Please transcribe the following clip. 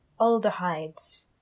aldehydes